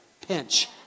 pinch